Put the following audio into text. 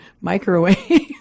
microwave